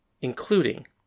including